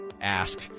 ask